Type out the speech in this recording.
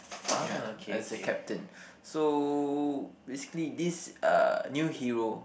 ya as a captain so basically this uh new hero